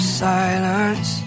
silence